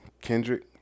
Kendrick